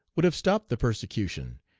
would have stopped the persecution,